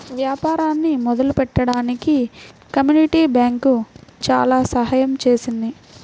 వ్యాపారాన్ని మొదలుపెట్టడానికి community bank చాలా సహాయం చేసింది